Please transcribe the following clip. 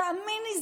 תאמין לי,